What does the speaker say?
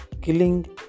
killing